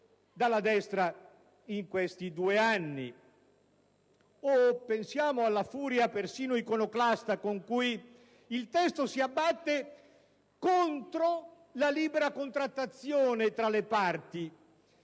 dalla destra in questi due anni;